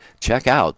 checkout